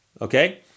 okay